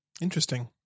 Interesting